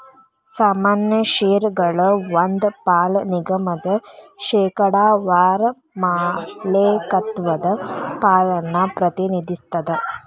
ಸಾಮಾನ್ಯ ಷೇರಗಳ ಒಂದ್ ಪಾಲ ನಿಗಮದ ಶೇಕಡಾವಾರ ಮಾಲೇಕತ್ವದ ಪಾಲನ್ನ ಪ್ರತಿನಿಧಿಸ್ತದ